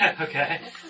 Okay